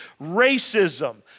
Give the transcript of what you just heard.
racism